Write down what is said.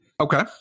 Okay